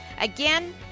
Again